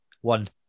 one